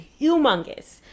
humongous